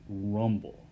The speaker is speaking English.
Rumble